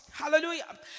hallelujah